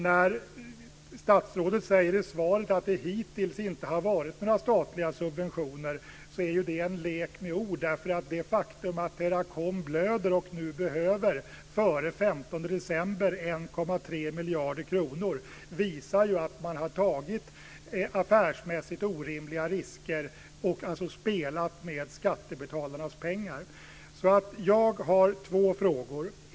När statsrådet säger i svaret att det hittills inte har varit några statliga subventioner är det en lek med ord. Det faktum att Teracom blöder och nu behöver 1,3 miljarder kronor före den 15 december visar ju att man har tagit affärsmässigt orimliga risker och alltså spelat med skattebetalarnas pengar. Jag har två frågor: 1.